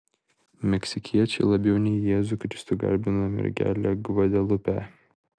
meksikiečiai labiau nei jėzų kristų garbina mergelę gvadelupę